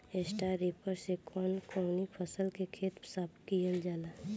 Straw reaper से कवन कवनी फसल के खेत साफ कयील जाला?